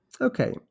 Okay